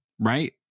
right